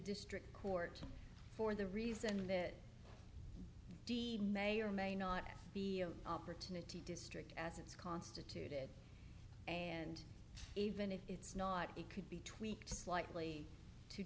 district court for the reason that d d may or may not have the opportunity strict as it's constituted and even if it's not it could be tweaked slightly to